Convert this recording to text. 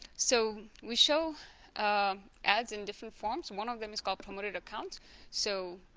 so we show ads in different forms one of them is called promoted accounts so